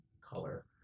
color